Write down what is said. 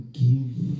give